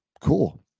Cool